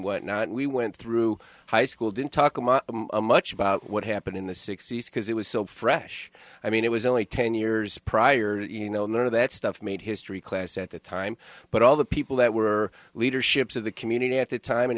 what not and we went through high school didn't talk much about what happened in the sixty's because it was so fresh i mean it was only ten years prior that you know none of that stuff made history class at the time but all the people that were leadership of the community at that time